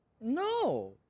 No